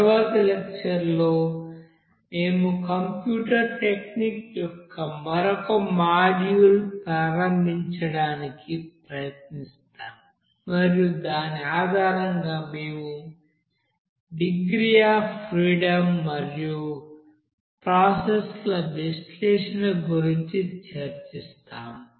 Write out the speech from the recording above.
తరువాతి లెక్చర్ లో మేము కంప్యూటర్ టెక్నిక్స్ యొక్క మరొక మాడ్యూల్ ప్రారంభించడానికి ప్రయత్నిస్తాము మరియు దాని ఆధారంగా మేము డిగ్రీ అఫ్ ఫ్రీడమ్ మరియుప్రాసెస్ ల విశ్లేషణ గురించి చర్చిస్తాము